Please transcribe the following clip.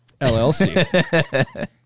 LLC